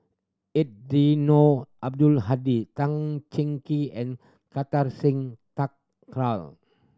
Eddino Abdul Hadi Tan Cheng Kee and Kartar Singh Thakral